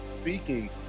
speaking